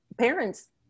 parents